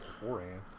beforehand